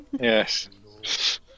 Yes